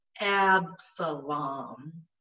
Absalom